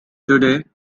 today